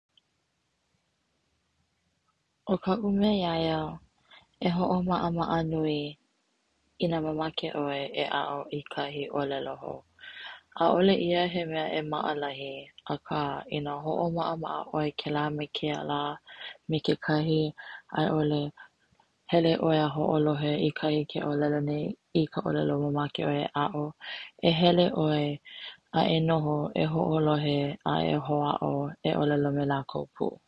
O kaʻu mea ia ia e hoʻomaʻamaʻa nui ina mamake ʻoe e aʻo i kahi ʻōlelo hou, ʻaʻole ia he mea maʻalahi aka ina hoʻomaʻamaʻa kela me kēia lā me kekahi ʻaiʻole hele ʻoe a hoʻolohe i kahi ke ʻolelo nei i ka ʻōlelo mamake ʻoe e aʻo e hele ʻoe a e noho a hoʻolohe a e hoʻaʻo e ʻōlelo me lākou pu.